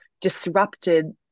disrupted